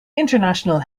international